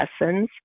lessons